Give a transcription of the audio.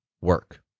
work